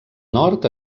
nord